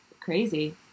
crazy